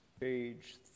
Page